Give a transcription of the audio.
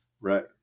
Right